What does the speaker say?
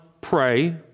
pray